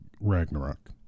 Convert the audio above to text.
ragnarok